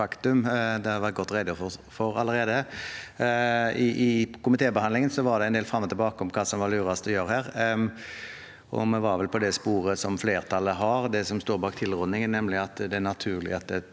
det har vært godt redegjort for allerede. I komitébehandlingen var det en del frem og tilbake om hva som var lurest å gjøre her. Vi var vel på det sporet flertallet er, det som står bak tilrådningen, nemlig at det er naturlig at